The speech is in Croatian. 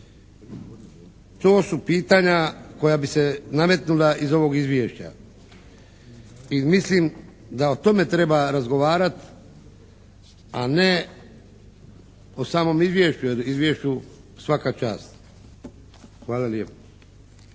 To su pitanja koja bi se nametnula iz ovog izvješća. I mislim da o tome treba razgovarati, a ne o samom izvješću, jer izvješću svaka čast. Hvala lijepo.